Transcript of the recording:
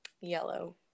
yellow